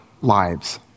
lives